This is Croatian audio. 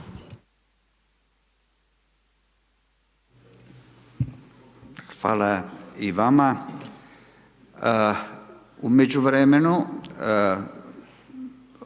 Hvala i vama.